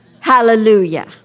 Hallelujah